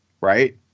right